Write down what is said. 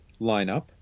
Lineup